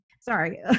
sorry